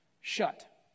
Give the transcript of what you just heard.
shut